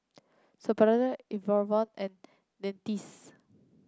Supravit Enervon and Dentiste